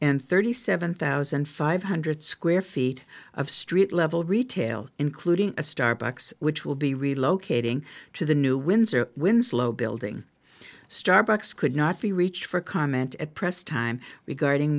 and thirty seven thousand five hundred square feet of street level retail including a starbucks which will be relocating to the new windsor winslow building starbucks could not be reached for comment at press time we guarding